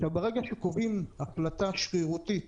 ברגע שקובעים החלטה שרירותית